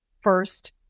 first